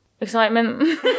excitement